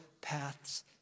paths